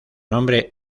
nombre